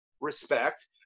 respect